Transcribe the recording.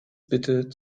bitte